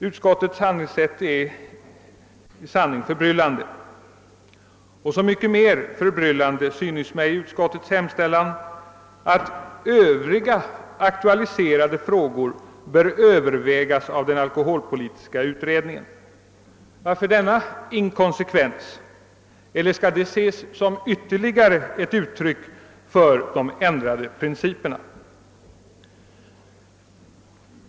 Utskottets handlingssätt är i sanning förbryllande, och så mycket mer förbryllande synes mig utskottets hemställan att övriga aktualiserade frågor bör övervägas av den alkoholpolitiska utredningen. Varför denna inkonsekvens — eller skall det ses som ytterligare ett uttryck för de ändrade principerna?